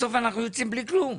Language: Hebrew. בסוף אנחנו יוצאים בלי כלום.